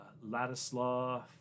Ladislaw